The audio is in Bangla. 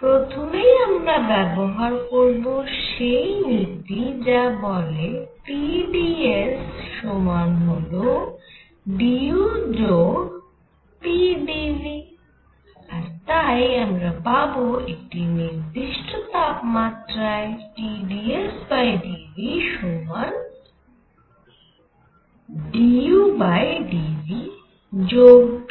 প্রথমেই আমরা ব্যবহার করব সেই নীতি যা বলে T dS সমান হল d U যোগ p d Vআর তাই আমরা পাবো একটি নির্দিষ্ট তাপমাত্রায় T dS by d V সমান to d U by d V যোগ p